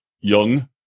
young